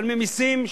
משלמים מסים,